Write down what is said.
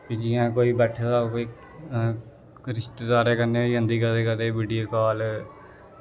फ्ही जियां कोई बैठे दा होऐ कोई रिश्तेदारें कन्नै होई जंदी कदें कदें वीडियो कॉल